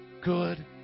good